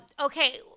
Okay